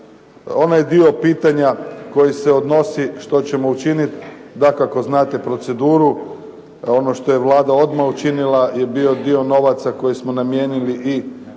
Onaj dio pitanja koji se odnosi, što ćemo učiniti. Dakako znate proceduru, ono što je Vlada odmah učinila je bio dio novaca koje smo namijenili i